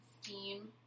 steam